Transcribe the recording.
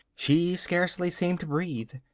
she scarcely seemed to breathe.